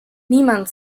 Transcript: niemand